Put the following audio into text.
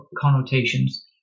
connotations